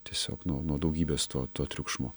tiesiog nuo nuo daugybės to to triukšmo